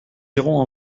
iront